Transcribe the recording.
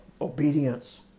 obedience